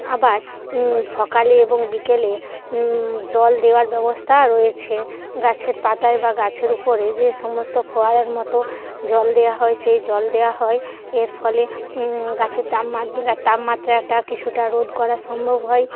আবার সকালে এবং বিকেলে জল দেওয়ার ব্যবস্থা রয়েছে গাছের পাতায় বা গাছের উপরে যে সমস্ত ফোয়ারার মতো জল দেওয়া হয় সে জল দেওয়া হয় এর ফলে গাছের তাপমাত্রা একটা কিছুটা রোধ করা সম্ভব হয়